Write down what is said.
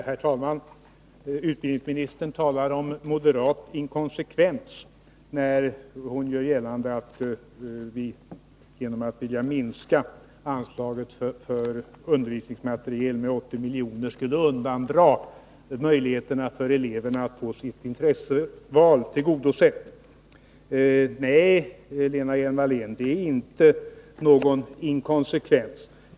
Herr talman! Utbildningsministern talar om moderat inkonsekvens när hon gör gällande att vi genom att vilja minska anslaget för undervisningsmateriel med 80 miljoner skulle undandra möjligheterna för eleverna att få sitt intresseval tillgodosett. Nej, Lena Hjelm-Wallén, det är inte någon inkonsekvens.